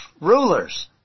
rulers